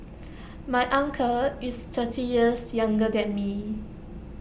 my uncle is thirty years younger than me